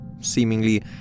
Seemingly